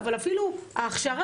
אבל אפילו ההכשרה,